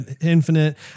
Infinite